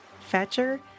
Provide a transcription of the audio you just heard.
Fetcher